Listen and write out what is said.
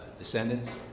Descendants